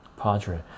Padre